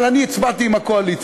אבל אני הצבעתי עם הקואליציה.